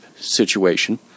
situation